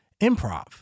improv